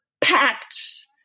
pacts